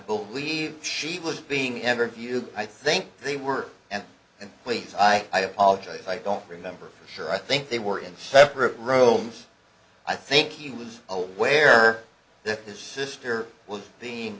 believe she was being interviewed i think they were and and please i apologize i don't remember for sure i think they were in separate rooms i think he was aware that his sister was